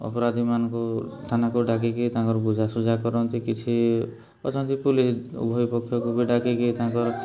ଅପରାଧୀମାନଙ୍କୁ ଥାନାକୁ ଡ଼ାକିକି ତାଙ୍କର ବୁଝାସୁଝା କରନ୍ତି କିଛି ଅଛନ୍ତି ପୋଲିସ୍ ଉଭୟ ପକ୍ଷକୁ ବି ଡ଼ାକିକି ତାଙ୍କର